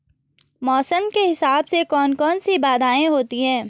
मौसम के हिसाब से कौन कौन सी बाधाएं होती हैं?